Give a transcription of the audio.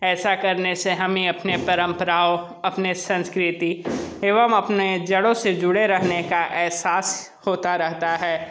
ऐसा करने से हमें अपने परंपराओं अपने संस्कृति एवं अपने जड़ों से जुड़े रहने का एहसास होता रहता है